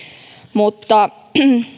mutta